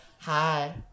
Hi